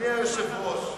אדוני היושב-ראש,